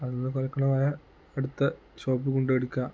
അതിൽ നിന്ന് കുലക്കുന്ന കായ അടുത്ത ഷോപ്പിൽ കൊണ്ട് എടുക്കുക